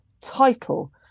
title